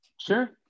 Sure